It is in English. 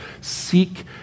seek